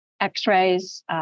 x-rays